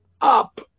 up